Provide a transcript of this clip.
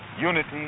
unity